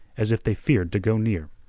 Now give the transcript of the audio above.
as if they feared to go near.